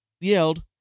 yelled